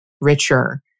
richer